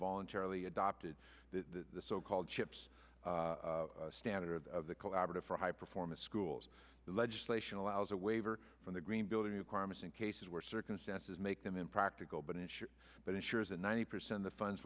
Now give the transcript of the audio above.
voluntarily adopted the so called chips standard of the collaborative for high performance schools the legislation allows a waiver from the green building new car missing cases where circumstances make them impractical but an issue but ensures a ninety percent the funds